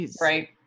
Right